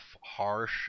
harsh